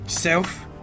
Self